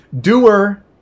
Doer